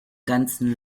ganzen